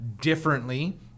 differently